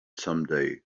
someday